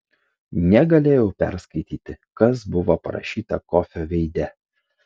negalėjau perskaityti kas buvo parašyta kofio veide